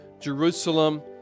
Jerusalem